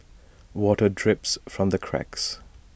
water drips from the cracks